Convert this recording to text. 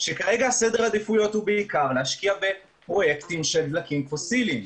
כרגע סדר העדיפויות הוא בעיקר להשקיע בפרויקטים של דלקים פוסיליים: